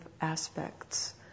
aspects